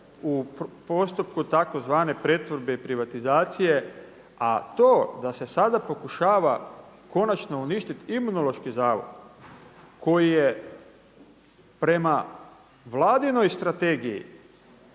u postupku tzv. pretvorbe i privatizacije. A to da se sada pokušava konačno uništiti Imunološki zavod koji je prema Vladinoj strategiji